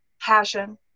passion